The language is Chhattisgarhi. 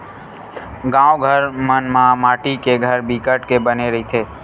गाँव घर मन म माटी के घर बिकट के बने रहिथे